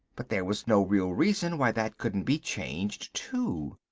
but there was no real reason why that couldn't be changed, too.